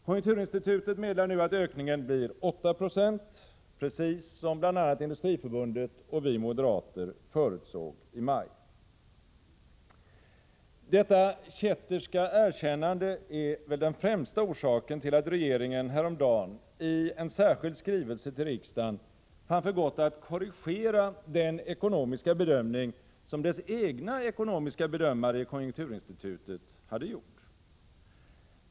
Konjunkturinstitutet meddelar nu att ökningen blir 8 20 — precis som bl.a. Industriförbundet och vi moderater förutsåg i maj. Detta kätterska erkännande är väl den främsta orsaken till att regeringen häromdagen i en särskild skrivelse till riksdagen fann för gott att korrigera den ekonomiska bedömning som dess egna ekonomiska bedömare i konjunkturinstitutet hade gjort.